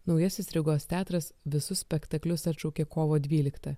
naujasis rygos teatras visus spektaklius atšaukė kovo dvyliktą